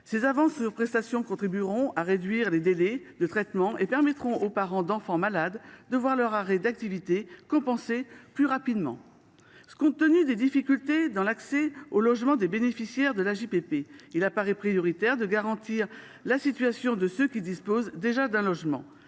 Ces avances sur prestation contribueront à réduire les délais de traitement et permettront aux parents d’enfants malades de voir leurs arrêts d’activité compensés plus rapidement. Compte tenu des difficultés que les bénéficiaires de l’AJPP rencontrent pour se loger, il paraît prioritaire de garantir la situation de ceux qui disposent déjà d’un logement